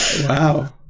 Wow